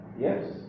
Yes